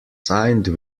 signed